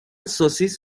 سوسیس